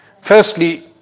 Firstly